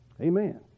Amen